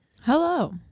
hello